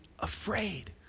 afraid